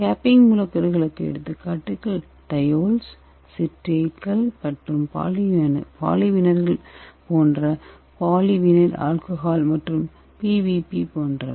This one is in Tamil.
கேப்பிங் மூலக்கூறுகளுக்கு எடுத்துக்காட்டுகள் தியோல்ஸ் சிட்ரேட் மற்றும் பாலிவினர்கள் போன்ற பாலிவினைல் ஆல்கஹால் மற்றும் பிவிபி போன்றவை